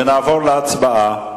ונעבור להצבעה.